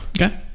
Okay